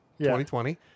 2020